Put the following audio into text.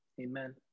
Amen